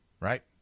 Right